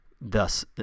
thus